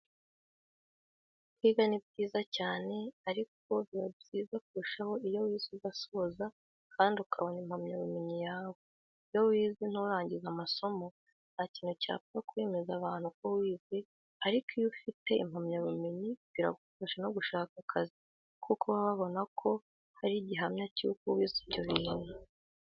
Kwiga ni byiza cyane ariko biba byiza kurushaho iyo wize ugasoza kandi ukabona impamyabumenyi yawe. Iyo wize nturangize amasomo, nta kintu cyapfa kwemeza abantu ko wize ariko iyo ufite impamyabumenyi biragufasha no gushaka akazi kuko baba babona ko hari igihamya cy'uko wize ibyo bintu.